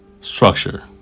structure